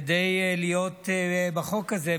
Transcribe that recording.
כדי להיות בחוק הזה,